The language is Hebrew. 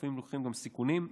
לפעמים לוקחים גם סיכונים,